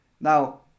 now